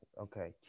Okay